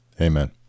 amen